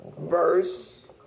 verse